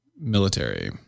military